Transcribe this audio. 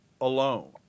alone